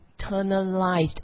internalized